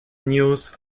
news